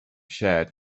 shared